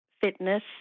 fitness